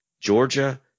Georgia